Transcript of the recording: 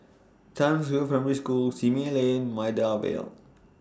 Townsville Primary School Simei Lane Maida Vale